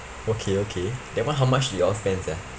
okay okay that one how much did you all spend ah